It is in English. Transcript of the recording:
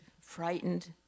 frightened